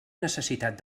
necessitat